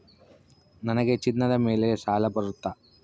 ನನಗೆ ಚಿನ್ನದ ಮೇಲೆ ಸಾಲ ಬರುತ್ತಾ?